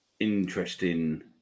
Interesting